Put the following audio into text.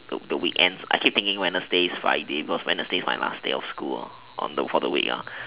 the the weekends I keep thinking wednesday is friday because wednesday is my last day of school on for the week